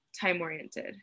time-oriented